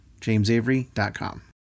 jamesavery.com